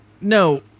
No